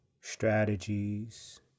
strategies